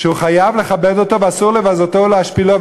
שהוא חייב לכבד אותו ואסור לבזותו או להשפילו,